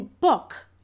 book